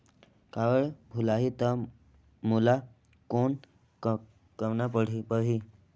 Card भुलाही ता मोला कौन करना परही?